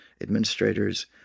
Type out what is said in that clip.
administrators